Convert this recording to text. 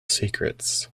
secrets